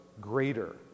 greater